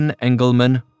Engelman